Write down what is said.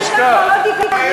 הוא ישכח.